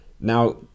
Now